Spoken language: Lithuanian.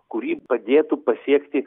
kuri padėtų pasiekti